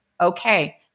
okay